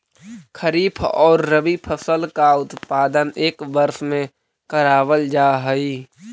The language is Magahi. खरीफ और रबी फसल का उत्पादन एक वर्ष में करावाल जा हई